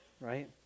right